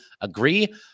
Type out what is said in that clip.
agree